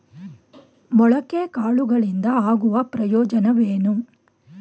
ಮೊಳಕೆ ಕಾಳುಗಳಿಂದ ಆಗುವ ಪ್ರಯೋಜನವೇನು?